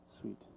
sweet